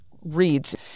reads